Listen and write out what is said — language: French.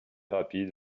rapide